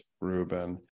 Ruben